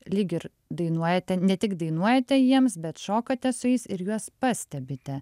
lyg ir dainuojate ne tik dainuojate jiems bet šokate su jais ir juos pastebite